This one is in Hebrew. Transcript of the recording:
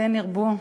כן ירבו.